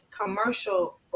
commercial